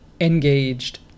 engaged